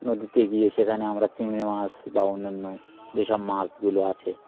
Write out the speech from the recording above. নদীতে গিয়ে সেখানে আমরা চিংড়ি মাছ বা অন্য অন্য যেসব মাছগুলো আছে